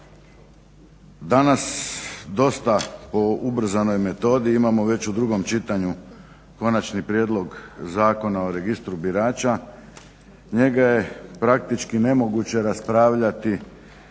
Danas dosta po ubrzanoj metodi imamo već u drugom čitanju Konačni prijedlog Zakona o Registru birača, njega je praktički nemoguće raspravljati